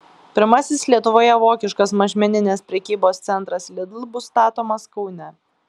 pirmasis lietuvoje vokiškas mažmeninės prekybos centras lidl bus statomas kaune